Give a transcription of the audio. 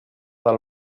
del